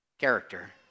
character